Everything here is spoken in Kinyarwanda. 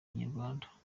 inyarwanda